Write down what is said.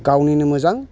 गावनिनो मोजां